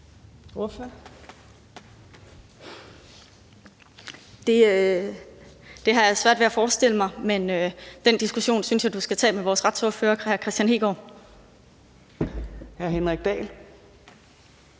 Det har jeg svært ved at forestille mig. Men den diskussion synes jeg du skal tage med vores retsordfører, hr. Kristian Hegaard. Kl.